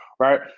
right